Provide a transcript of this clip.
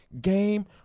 game